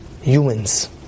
Humans